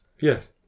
Yes